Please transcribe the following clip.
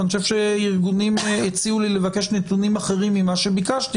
אני חושב שהארגונים הציעו לי לבקש נתונים אחרים ממה שביקשתי,